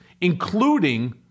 including